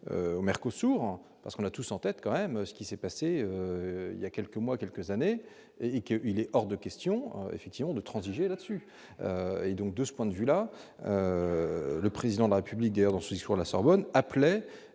aux sourds parce qu'on a tous en tête quand même ce qui s'est passé il y a quelques mois, quelques années et qu'il est hors de question effectivement de transiger là-dessus et donc de ce point de vue-là, le président de la République guère dans ce sur la Sorbonne appelaient